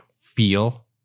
feel